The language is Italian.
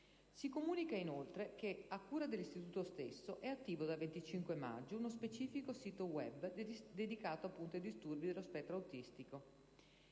Ricordo inoltre che, a cura dell'Istituto stesso, è attivo dal 25 maggio uno specifico sito *web* dedicato ai disturbi dello spettro autistico.